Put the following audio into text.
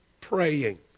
praying